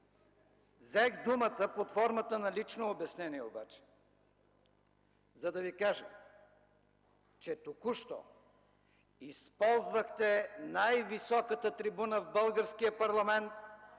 Взех думата под формата на лично обяснение обаче, за да Ви кажа, че току-що използвахте най-високата трибуна в българския парламент,